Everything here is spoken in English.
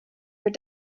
your